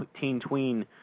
teen-tween